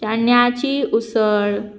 चण्यांची उसळ